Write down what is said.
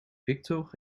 victor